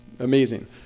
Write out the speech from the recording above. amazing